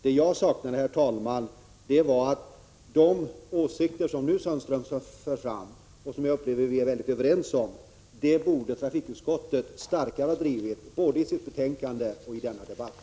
Det jag saknade var att de åsikter som Sten-Ove Sundström nu för fram — och som jag upplever att vi är helt överens om — borde ha drivits starkare av trafikutskottet, både i betänkandet och i denna debatt.